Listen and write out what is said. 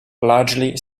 largely